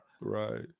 Right